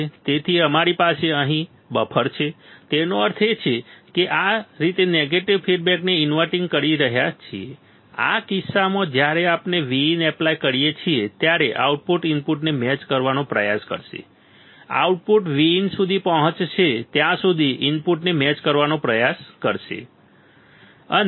તેથી અમારી પાસે અહીં બફર છે તેનો અર્થ એ છે કે કે આ રીતે નેગેટિવ ફીડબેકને ઇન્વર્ટીંગ કરી રહ્યા છીએ આ કિસ્સામાં જ્યારે આપણે Vin એપ્લાય કરીએ છીએ ત્યારે આઉટપુટ ઇનપુટને મેચ કરવાનો પ્રયાસ કરશે આઉટપુટ Vin સુધી પહોંચશે ત્યાં સુધી ઇનપુટને મેચ કરવાનો પ્રયાસ કરશે બરાબર